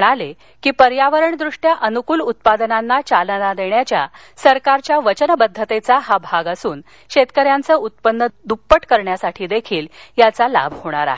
सांगितलं की पर्यावरणदृष्ट्या अनुकूल उत्पादनांना चालना देण्याच्या सरकारच्या वचनबद्धतेचा हा भाग असून शेतकऱ्यांचे उत्पन्न दुपट करण्यासाठी देखील याचा लाभ होणार आहे